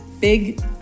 big